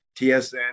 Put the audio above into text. TSN